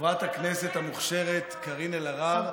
חברת הכנסת המוכשרת קארין אלהרר